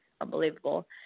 unbelievable